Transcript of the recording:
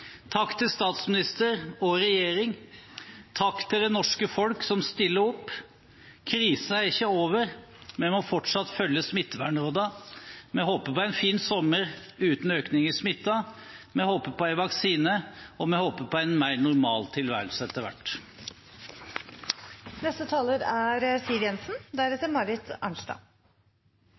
Takk til statsminister og regjering, og takk til det norske folk som stiller opp. Krisen er ikke over, vi må fortsatt følge smittevernrådene. Vi håper på en fin sommer uten økning i smitten, vi håper på en vaksine, og vi håper på en mer normal tilværelse etter